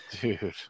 Dude